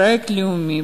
פרויקט לאומי,